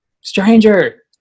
Stranger